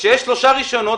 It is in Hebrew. שאם יש שלושה רישיונות,